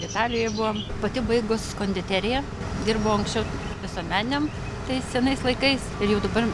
italijoj buvom pati baigus konditeriją dirbau anksčiau visuomeniniam tai senais laikais ir jau dabar